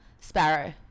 Sparrow